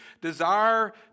desire